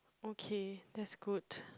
okay that's good